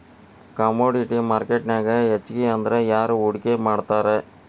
Commodity ಮಾರ್ಕೆಟ್ನ್ಯಾಗ್ ಹೆಚ್ಗಿಅಂದ್ರ ಯಾರ್ ಹೂಡ್ಕಿ ಮಾಡ್ತಾರ?